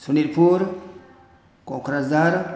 Sonitpur Kokrajhar